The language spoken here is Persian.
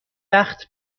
وقت